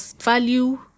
value